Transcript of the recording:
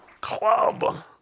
Club